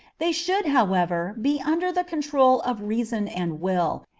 they should, however, be under the control of reason and will,